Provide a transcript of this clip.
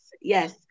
yes